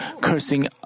cursing